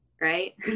Right